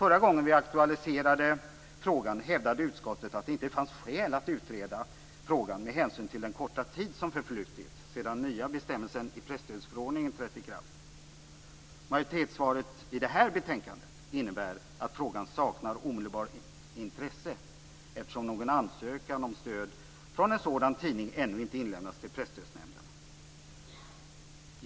Förra gången vi aktualiserade frågan hävdade utskottet att det inte fanns skäl att utreda frågan med hänsyn till den korta tid som förflutit sedan en ny bestämmelse i presstödsförordningen trätt i kraft. Majoritetssvaret i det här betänkandet innebär att frågan saknar omedelbart intresse eftersom någon ansökan om stöd från en sådan tidning ännu inte inlämnats till Presstödsnämnden.